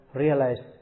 realize